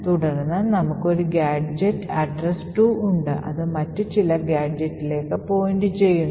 തുടർന്ന് നമുക്ക് ഒരു gadget address 2 ഉണ്ട് അത് മറ്റ് ചില ഗാഡ്ജെറ്റുകളിലേക്ക് പോയിന്റു ചെയ്യുന്നു